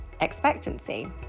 expectancy